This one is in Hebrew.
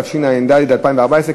התשע"ד 2014,